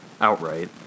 outright